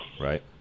Right